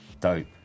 dope